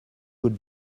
would